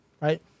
right